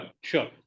sure